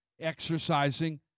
exercising